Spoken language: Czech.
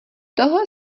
toho